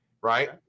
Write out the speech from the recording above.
right